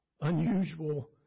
unusual